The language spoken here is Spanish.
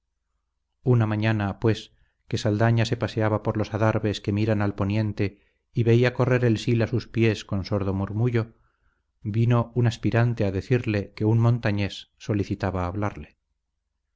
una mañana pues que saldaña se paseaba por los adarves que miran al poniente y veía correr el sil a sus pies con sordo murmullo vino un aspirante a decirle que un montañés solicitaba hablarle